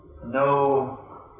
No